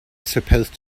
supposed